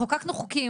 חוקקנו חוקים,